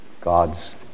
God's